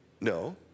No